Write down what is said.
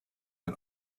and